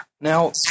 Now